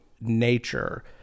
nature